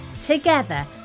Together